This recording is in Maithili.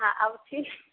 हँ आउथिन